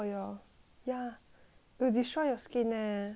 will destroy your skin leh